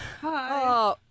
Hi